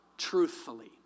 truthfully